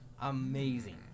Amazing